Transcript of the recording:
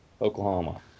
Oklahoma